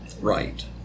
Right